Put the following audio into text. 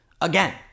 again